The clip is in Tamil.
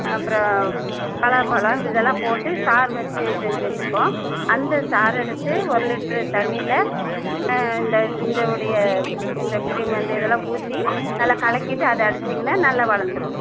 அப்புறோம் பலாப்பழம் வி இதெல்லாம் போட்டு சாறு வச்சி செஞ்சு வச்சிருக்கோம் அந்த சாறை எடுத்து ஒரு லிட்ரு தண்ணில இந்த இந்தவுடைய இந்த கிரீம் வந்து இதெல்லாம் ஊற்றி நல்லா கலக்கிட்டு அதை அடிச்சிங்கன்னா நல்லா வளந்துரும்